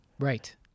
Right